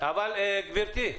לומר דברים בקצרה